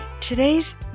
Today's